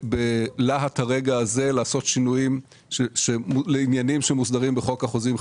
בלהט הרגע הזה לעשות שינויים לעניינים שמוסדרים בחוק החוזים חלק כללי.